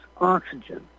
Oxygen